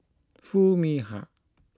Foo Mee Har